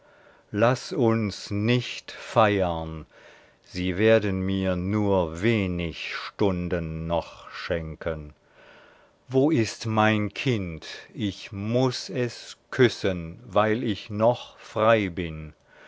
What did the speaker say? laß uns nicht feiern sie werden mir nur wenig stunden noch schenken wo ist mein kind ich muß es küssen weil ich noch frei bin